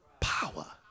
power